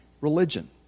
Religion